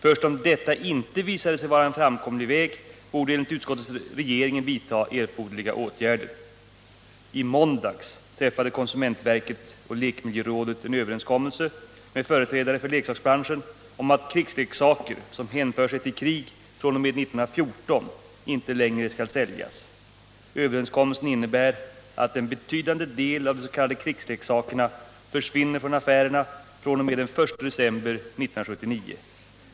Först om detta inte visade sig vara en framkomlig väg borde enligt utskottet regeringen vidta erforderliga åtgärder. I måndags träffade konsumentverket och lekmiljörådet en överenskommelse med företrädare för leksaksbranschen om att krigsleksaker, som hänför sig till krig fr.o.m. 1914, inte längre skall säljas. Överenskommelsen innebär att en betydande del av de s.k. krigsleksakerna försvinner från affärerna fr.o.m. den 1 december 1979.